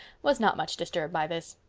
was not much disturbed by this.